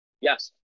Yes